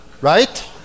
right